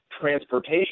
transportation